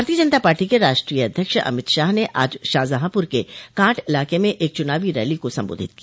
भारतीय जनता पार्टी के राष्ट्रीय अध्यक्ष अमित शाह ने आज शाहजहांपुर के कांट इलाके में एक चुनावी रैली को संबोधित किया